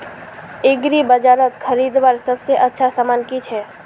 एग्रीबाजारोत खरीदवार सबसे अच्छा सामान की छे?